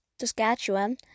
Saskatchewan